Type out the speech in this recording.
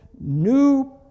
new